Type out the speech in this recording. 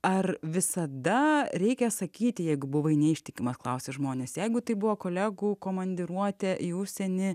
ar visada reikia sakyti jeigu buvai neištikimas klausia žmonės jeigu tai buvo kolegų komandiruotė į užsienį